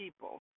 people